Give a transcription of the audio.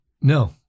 No